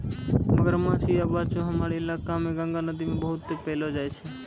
मगरमच्छ या बोचो हमरो इलाका मॅ गंगा नदी मॅ बहुत पैलो जाय छै